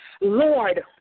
Lord